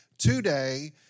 Today